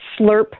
slurp